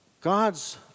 God's